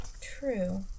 True